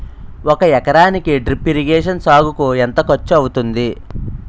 ఒక ఎకరానికి drip irrigation సాగుకు ఎంత ఖర్చు అవుతుంది?